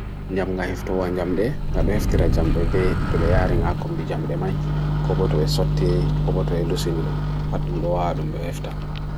niam nga hefta wan jamde, nga do hefthira jamde be, to be yareng akombi jamde main, kobotwe soti, kobotwe lusini dum, patum lua adumbwe hefta.